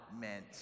meant